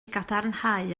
gadarnhau